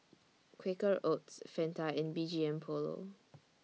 Quaker Oats Fanta and B G M Polo